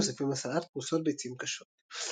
לעיתים מוסיפים לסלט פרוסות ביצים קשות.